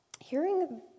hearing